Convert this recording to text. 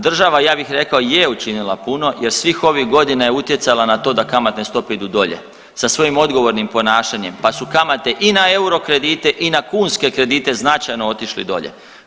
Država ja bih rekao je učinila puno jer svih ovih godina je utjecala na to da kamatne stope idu dolje sa svojim odgovornim ponašanjem, pa su kamate i na euro kredite i na kunske kredite značajno otišli dolje.